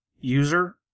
user